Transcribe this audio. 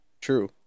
True